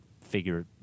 figure